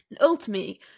Ultimately